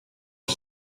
het